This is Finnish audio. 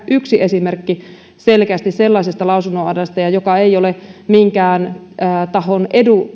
yksi esimerkki selkeästi sellaisesta lausunnonantajasta joka ei ole minkään tahon